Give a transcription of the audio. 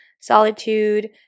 solitude